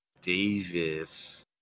Davis